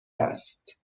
است